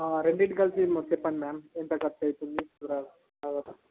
రెండిటికీ కలిపి మొ చెప్పండి మ్యాడం ఎంత ఖర్చవుతుంది చూడాలా